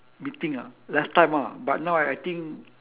meeting ah last time ah but now I I think